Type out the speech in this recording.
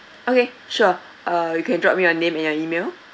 okay sure uh you can drop me your name and your email